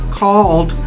called